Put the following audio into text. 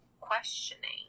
questioning